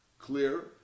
clear